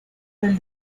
del